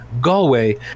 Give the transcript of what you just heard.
Galway